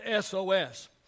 SOS